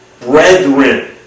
brethren